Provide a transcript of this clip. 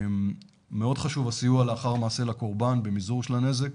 מאוד חשוב הסיוע לאחר מעשה לקורבן במזעור של הנזק,